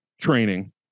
training